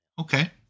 Okay